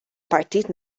partit